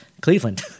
Cleveland